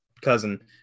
cousin